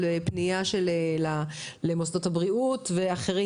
על פנייה של האוכלוסייה הזו למוסדות הבריאות ואחרים,